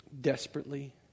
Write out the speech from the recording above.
Desperately